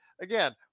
again